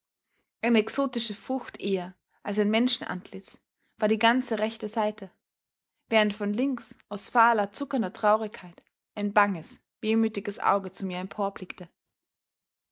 eine exotische frucht eher als ein menschenantlitz war die ganze rechte seite während von links aus fahler zuckender traurigkeit ein banges wehmütiges auge zu mir